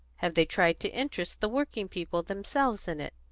have they tried to interest the working people themselves in it?